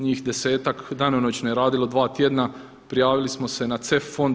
Njih desetak danonoćno je radilo dva tjedna, prijavili smo se na CEF fond.